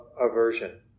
aversion